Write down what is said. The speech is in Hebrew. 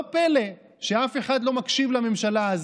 לא פלא שאף אחד לא מקשיב לממשלה הזאת.